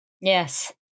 Yes